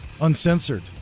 uncensored